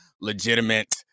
legitimate